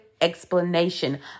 explanation